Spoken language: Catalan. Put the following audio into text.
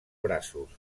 braços